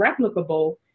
replicable